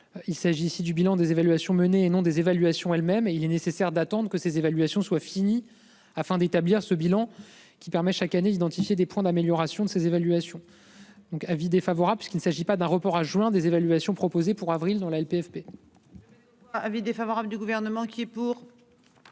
Il s'agit du bilan des évaluations menées et non des évaluations elles-mêmes et il est nécessaire d'attendre que ces évaluations soient finis afin d'établir ce bilan, qui permet chaque année, identifier des points d'amélioration de ses évaluations. Donc, avis défavorable, parce qu'il ne s'agit pas d'un report à juin des évaluations proposées pour avril dans la LPFP.--